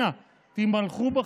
אנא, תימלכו בדעתכם,